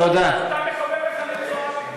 אתה מחבב את חנין זועבי.